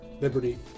liberty